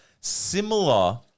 similar